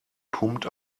pumpt